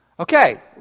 Okay